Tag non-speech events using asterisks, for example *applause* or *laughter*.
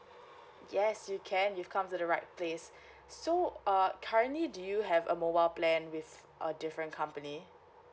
yes you can you come to the right place *breath* so uh currently do you have a mobile plan with a different company